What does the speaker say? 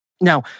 Now